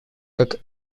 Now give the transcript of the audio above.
как